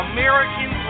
American